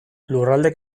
lurralde